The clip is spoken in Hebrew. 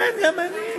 כן, גם אני.